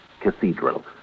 Cathedral